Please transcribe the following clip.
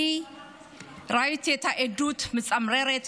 אני ראיתי את העדות המצמררת,